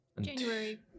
January